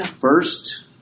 First